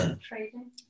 trading